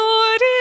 Lord